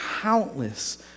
countless